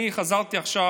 אני חזרתי עכשיו,